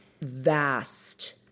vast